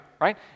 right